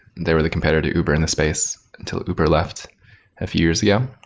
they're the competitor uber in this space, until uber left a few years yeah